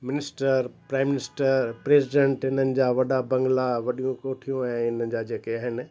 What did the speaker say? minister prime minister president इन्हनि जा वॾा बंगला वॾियूं कोठियूं आहिनि ऐं इन्हनि जे जेके आहिनि